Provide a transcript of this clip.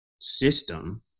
system